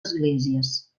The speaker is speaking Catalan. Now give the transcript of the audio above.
esglésies